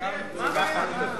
מה הבעיה?